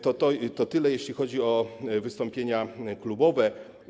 To tyle, jeśli chodzi o wystąpienia klubowe.